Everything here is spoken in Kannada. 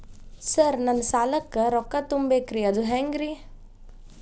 ಸರ್ ನನ್ನ ಸಾಲಕ್ಕ ರೊಕ್ಕ ತುಂಬೇಕ್ರಿ ಅದು ಹೆಂಗ್ರಿ?